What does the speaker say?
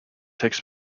takes